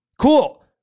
Cool